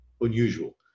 Unusual